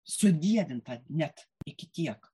sudievinta net iki tiek